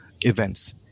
events